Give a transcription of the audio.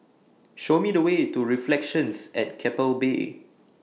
Show Me The Way to Reflections At Keppel Bay